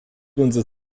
unser